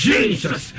Jesus